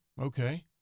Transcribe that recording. Okay